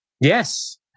Yes